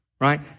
right